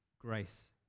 grace